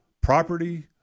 property